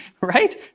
right